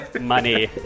money